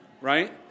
Right